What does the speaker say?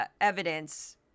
evidence